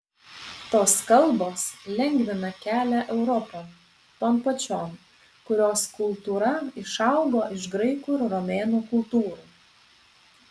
tos kalbos lengvina kelią europon ton pačion kurios kultūra išaugo iš graikų ir romėnų kultūrų